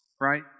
right